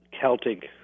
Celtic